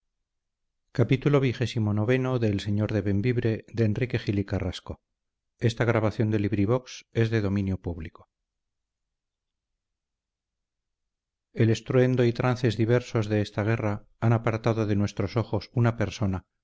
el estruendo y trances diversos de esta guerra han apartado de nuestros ojos una persona